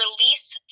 release